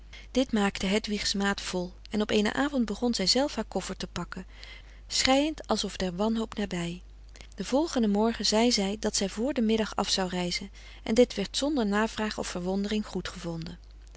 dit maakte hedwigs maat vol en op eenen avond begon zij zelf haar koffer te pakken schreiend als of der wanhoop nabij den volgenden morgen zei zij dat zij voor den middag af zou reizen en dit werd zonder navraag of verwondering goed gevonden